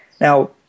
Now